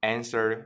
Answer